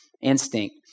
instinct